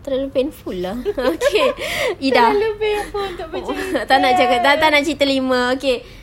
terlalu painful lah okay ida tak nak cakap tak nak cerita lima okay